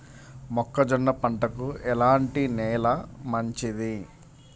మొక్క జొన్న పంటకు ఎలాంటి నేల మంచిది?